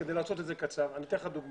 כדי לעשות את זה קצר, אני אתן לך דוגמה.